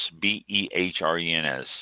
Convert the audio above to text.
B-E-H-R-E-N-S